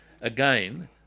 again